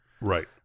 Right